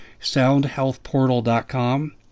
SoundHealthPortal.com